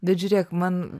bet žiūrėk man